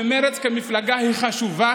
ומרצ כמפלגה היא חשובה,